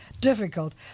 difficult